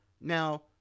Now